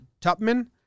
Tupman